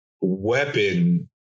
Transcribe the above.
weapon